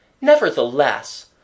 Nevertheless